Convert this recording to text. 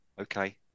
okay